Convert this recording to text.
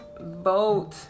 vote